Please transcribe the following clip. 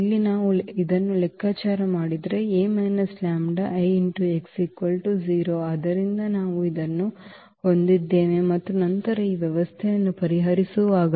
ಇಲ್ಲಿ ನಾವು ಇದನ್ನು ಲೆಕ್ಕಾಚಾರ ಮಾಡಿದರೆ ಆದ್ದರಿಂದ ನಾವು ಇದನ್ನು ಹೊಂದಿದ್ದೇವೆ ಮತ್ತು ನಂತರ ನಾವು ಈ ವ್ಯವಸ್ಥೆಯನ್ನು ಪರಿಹರಿಸುವಾಗ